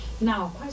Now